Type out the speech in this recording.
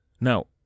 Now